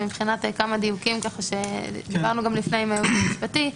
כמה דיוקים שדיברנו עליהם גם לפני עם הייעוץ המשפטי.